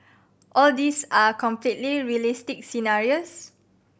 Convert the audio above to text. all these are completely realistic scenarios